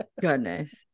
goodness